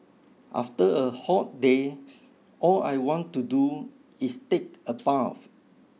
after a hot day all I want to do is take a bath